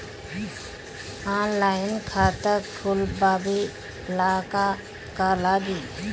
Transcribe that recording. Online खाता खोलबाबे ला का का लागि?